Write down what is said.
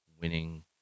winning